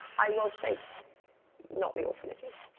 i will say not the orphanages.